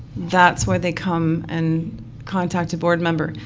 that's where they come and contact a board member.